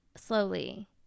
slowly